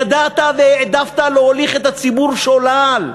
ידעת והעדפת להוליך את הציבור שולל,